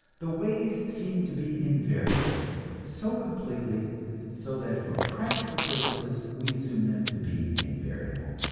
the ways seem to be invariable so completely so that for practical purposes we assume them to be invariable,